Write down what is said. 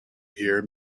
here